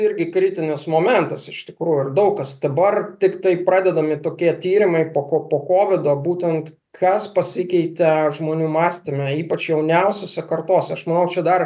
irgi kritinis momentas iš tikrų ir daug kas dabar tiktai pradedami tokie tyrimai po po kovido būtent kas pasikeitė žmonių mąstyme ypač jauniausiose kartose aš manau čia dar